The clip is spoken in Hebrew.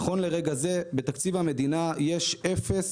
נכון לרגע זה בתקציב המדינה יש אפס